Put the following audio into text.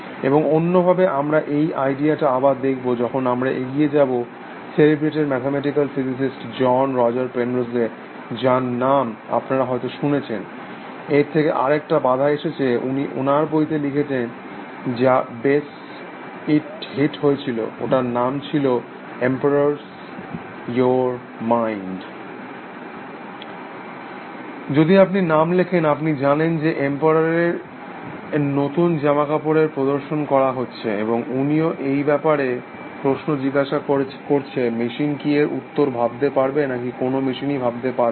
এবং অন্যভাবে আমরা এই আইডিয়াটা আবার দেখব যখন আমরা এগিয়ে যাব celebrated mathematical physicist John Roger Penrose যার নাম আপনারা হয়ত শুনেছেন এর থেকে আর একটা বাধা এসেছে উনি ওনার বইতে লিখেছেন যা বেস হিট হয়েছিল ওটার নাম ছিল এমপেরর্স ইউ মাইন্ড যদি আপনি নাম লেখেন আপনি জানেন যে এমপারার এর এর নতুন জামাকাপড়ের প্রদর্শন করা হচ্ছে এবং উনিও এই ব্যাপারে প্রশ্ন জিজ্ঞাসা করছে মেশিন কি এর উত্তর ভাবতে পারবে নাকি কোনো মেশিনই ভাবতে পারবে না